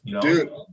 Dude